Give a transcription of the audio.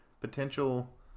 potential